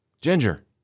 Ginger